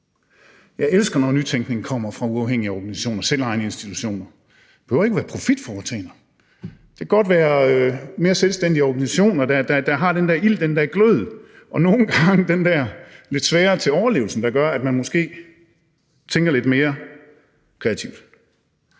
Jeg elsker, når nytænkning kommer fra uafhængige organisationer og selvejende institutioner, og det behøver ikke at være profitforetagender, men det kan godt være mere selvstændige organisationer, der har den ild, den der glød, og nogle gange den der lidt svære med hensyn til overlevelsen, der gør, at man måske tænker lidt mere kreativt.